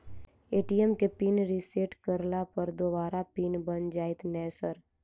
ATM केँ PIN reset करला पर दोबारा पिन बन जाइत नै सर?